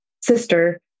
sister